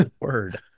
Word